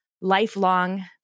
lifelong